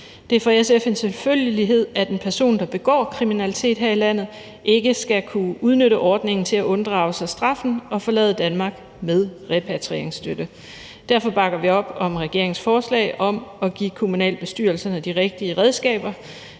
Det er for SF en selvfølgelighed, at en person, der begår kriminalitet her i landet, ikke skal kunne udnytte ordningen til at unddrage sig straffen og forlade Danmark med repatrieringsstøtte. Derfor bakker vi op om regeringens forslag om at give kommunalbestyrelserne de rigtige redskaber